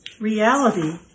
Reality